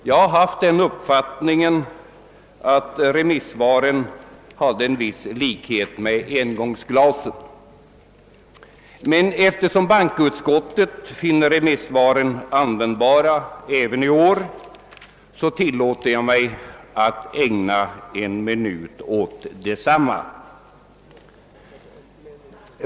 Jag har haft den uppfattningen att remissvaren hade en viss likhet med engångsglaset, men eftersom bankoutskottet finner remisssvaren användbara även i år, tillåter jag mig att ägna några minuter åt desamma.